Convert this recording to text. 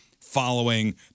following